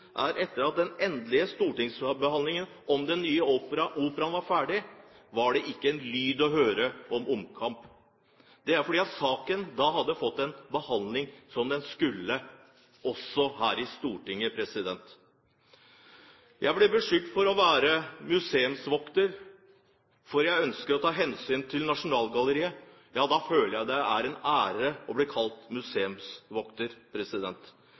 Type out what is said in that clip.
er at etter at den endelige stortingsbehandlingen om den nye operaen var ferdig, var det ikke en lyd å høre om omkamp, fordi saken da hadde fått den behandlingen som den skulle, også her i Stortinget. Når jeg blir beskyldt for å være museumsvokter fordi jeg ønsker å ta hensyn til Nasjonalgalleriet, føler jeg det er en ære å bli kalt